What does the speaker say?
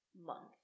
month